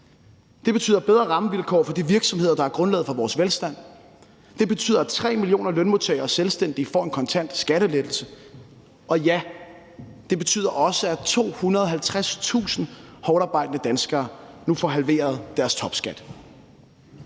Det betyder bedre rammevilkår for de virksomheder, der er grundlaget for vores velstand, det betyder, at 3 millioner lønmodtagere og selvstændige får en kontant skattelettelse, og ja, det betyder også, at 250.000 hårdtarbejdende danskere nu får halveret deres topskat.